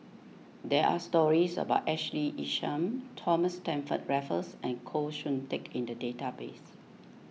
there are stories about Ashley Isham Thomas Stamford Raffles and Koh Hoon Teck in the database